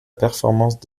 performance